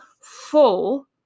full